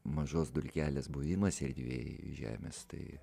mažos dulkelės buvimas erdvėj žemės tai